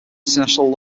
international